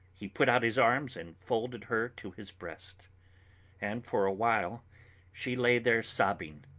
he put out his arms and folded her to his breast and for a while she lay there sobbing.